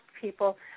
people